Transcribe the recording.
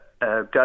go